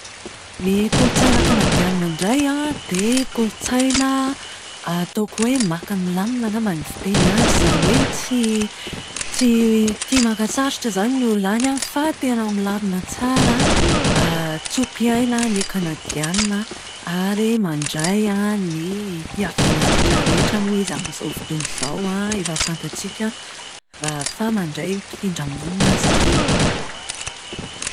Ny kolotsaina kanadiana indray an, dia kolotsaina ataoko hoe maka milamina angamba ny fiteny azy. Izany hoe tsy tsy tia maka sarotra izany ny olona any an fa tena milamina tsara, tso-piaina ny kanadiana ary mandray an ny fiaviana rehetrarehetra moa izy amin'izao fotoana izao na, efa fantatsika fa mandray mpifindra monina ry zareo.